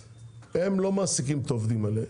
הסופרים לא מעסיקים את העובדים האלו.